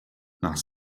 nach